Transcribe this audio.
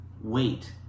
wait